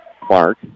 Clark